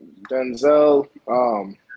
Denzel